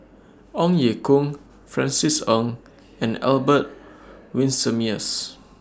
Ong Ye Kung Francis Ng and Albert Winsemius